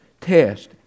test